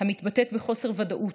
בחוסר ודאות,